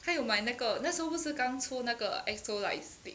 他有卖那个那时候不是刚出那个 E_X_O light stick